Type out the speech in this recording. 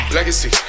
Legacy